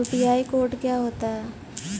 UPI code क्या होता है?